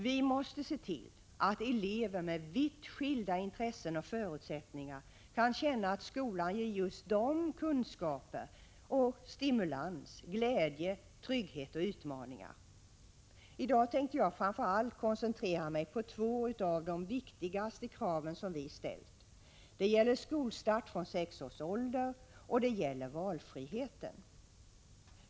Vi måste se till att elever med vitt skilda intressen och förutsättningar kan känna att skolan ger just dem kunskaper, stimulans, glädje, trygghet och utmaningar. I dag tänkte jag framför allt koncentrera mig på två av de viktigaste krav som vi har ställt. Det gäller skolstart vid sex års ålder och valfriheten.